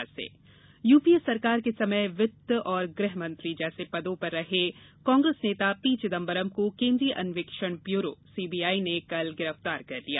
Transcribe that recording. Chidambaram UPA सरकार के समय वित्त गृह मंत्री जैसे पदों पर रहे कांग्रेस नेता पी चिदंबरम को केंद्रीय अन्यवेषण ब्यूरो सीबीआई ने कल गिरफ्तार कर लिया